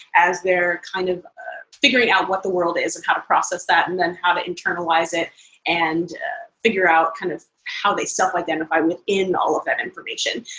as they're kind of figuring out what the world is and how to process that, and then how to internalize it and figure out kind of how they self identify within all of that information.